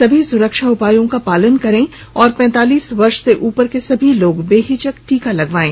सभी सुरक्षा उपायों का पालन करें और पैंतालीस वर्ष से उपर के सभी लोग बेहिचक टीका लगवायें